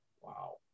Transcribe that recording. Wow